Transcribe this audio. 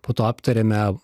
po to aptariame